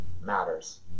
matters